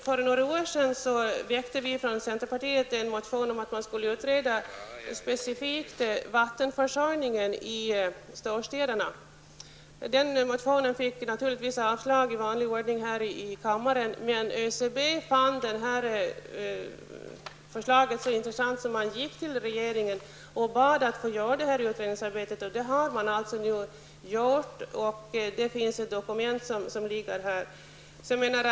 För några år sedan väckte centern en motion om att man skulle utreda specifikt vattenförsörjningsproblemet i storstäderna. Den motionen avslogs naturligtvis i vanlig ordning här i kammaren. Men ÖCB fann vårt förslag så intressant att man bad regeringen att få utföra utredningsarbetet, och det har man nu gjort. Ett dokument har också presenterats.